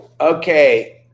Okay